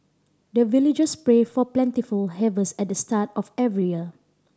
the villagers pray for plentiful harvest at the start of every year